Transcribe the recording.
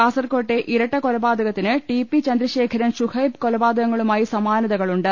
കാസർക്കോട്ടെ ഇരട്ട കൊലപാതകത്തിന് T P Chandrasekharan Shuhaib കൊലപാതകങ്ങളുമായി സമാനതകളുണ്ട്